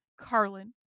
Carlin